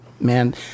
Man